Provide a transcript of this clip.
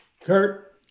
Kurt